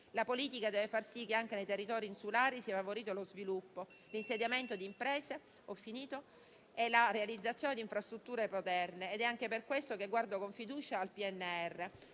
La politica deve far sì che anche nei territori insulari siano favoriti lo sviluppo, l'insediamento di imprese e la realizzazione di infrastrutture moderne. È anche per questo che guardo con fiducia al PNRR.